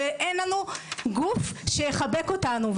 ואין לנו גוף שיחבק אותנו.